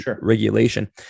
regulation